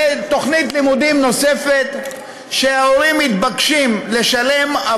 זאת תוכנית לימודים נוספת שעבורה ההורים מתבקשים לשלם,